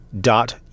dot